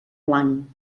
blanc